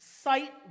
Sight